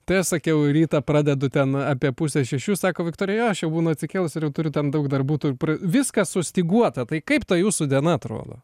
tai aš sakiau rytą pradedu ten apie pusė šešių sako viktorija jo aš jau būnu atsikėlusi ir jau turiu ten daug darbuotojų tų viskas sustyguota tai kaip ta jūsų diena atrodo